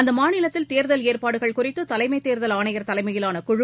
அந்தமாநிலத்தில் தேர்தல் ஏற்பாடுகள் குறித்துதலைமைத் தேர்தல் ஆணையர் தலைமையிலான குழு